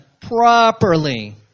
properly